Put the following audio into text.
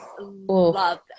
love